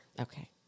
Okay